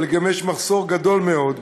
אבל גם יש מחסור גדול מאוד,